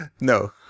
No